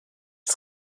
het